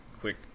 quick